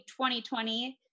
2020